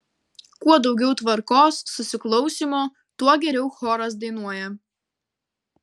kuo daugiau tvarkos susiklausymo tuo geriau choras dainuoja